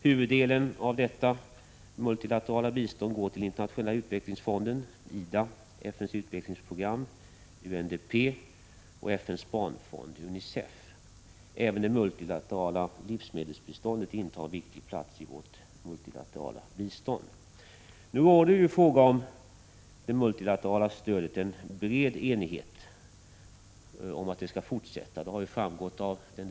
Huvuddelen av detta multilaterala bistånd går till internationella utvecklingsfonden, IDA, FN:s utvecklingsprogram, UNDP och FN:s barnfond, UNICEF. Även det multilaterala livsmedelsbiståndet intar en viktig plats i vårt multilaterala bistånd. Nu råder i fråga om det multilaterala stödet en bred enighet om att vi skall fortsätta vårt bistånd genom FN-organen.